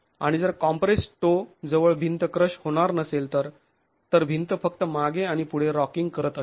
आणि जर compressed toe जवळ भिंत क्रश होणार नसेल तर तर भिंत फक्त मागे आणि पुढे रॉकिंग करत असेल